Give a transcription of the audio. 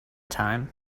time